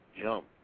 jump